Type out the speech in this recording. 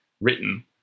written